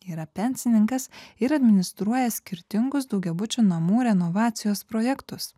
yra pensininkas ir administruoja skirtingus daugiabučių namų renovacijos projektus